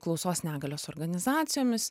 klausos negalios organizacijomis